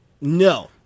No